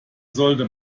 sollte